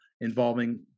involving